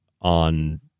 on